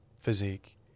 physique